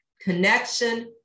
Connection